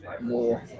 more